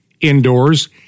indoors